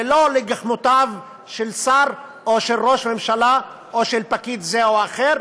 ולא על גחמותיו של שר או של ראש ממשלה או של פקיד זה או אחר,